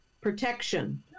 protection